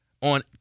on